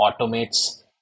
automates